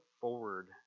forward